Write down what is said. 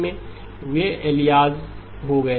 वे alias हो गए